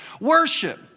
Worship